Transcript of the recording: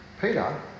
Peter